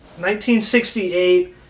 1968